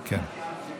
ההצבעה.